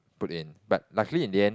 put in but luckily in the end